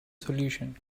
solution